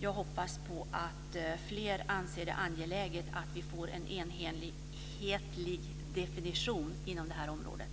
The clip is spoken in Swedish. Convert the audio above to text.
Jag hoppas att fler anser det angeläget att vi får en enhetlig definition inom det här området.